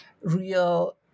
real